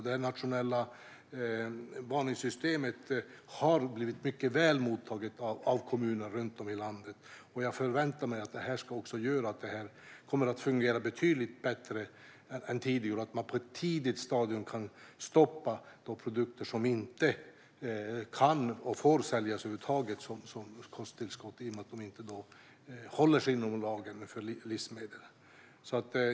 Det här nationella varningssystemet har blivit mycket väl mottaget av kommuner runt om i landet, och jag förväntar mig att det här kommer att göra att det fungerar betydligt bättre än tidigare och att man på ett tidigt stadium kan stoppa de produkter som inte kan och får säljas över huvud taget som kosttillskott i och med att de inte håller sig inom lagen för livsmedel.